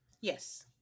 Yes